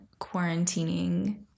quarantining